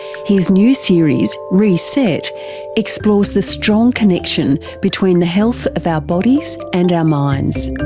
his new series reset explores the strong connection between the health of our bodies and our minds.